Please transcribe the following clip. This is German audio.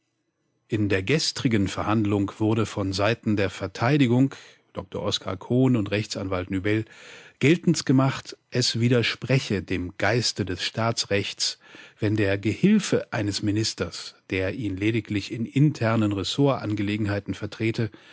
in der gestrigen verhandlung wurde von seiten der verteidigung dr oskar cohn und rechtsanwalt nübell geltend gemacht es widerspreche dem geiste des staatsrechts wenn der gehilfe eines ministers der ihn lediglich in internen ressortangelegenheiten vertrete